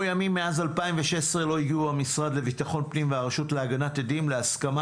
"--- מאז 2016 לא הגיעו המשרד לביטחון פנים והרשות להגנת עדים להסכמה